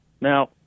Now